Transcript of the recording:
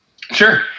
sure